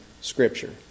Scripture